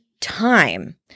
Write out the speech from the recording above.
time